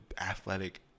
athletic